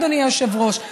אדוני היושב-ראש,